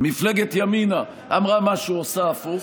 מפלגת ימינה אמרה משהו ועושה הפוך,